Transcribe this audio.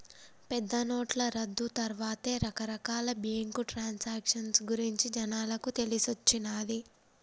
పెద్దనోట్ల రద్దు తర్వాతే రకరకాల బ్యేంకు ట్రాన్సాక్షన్ గురించి జనాలకు తెలిసొచ్చిన్నాది